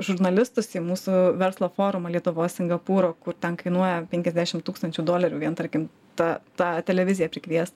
žurnalistus į mūsų verslo forumą lietuvos singapūro kur ten kainuoja penkiasdešim tūkstančių dolerių vien tarkim tą tą televiziją prikviest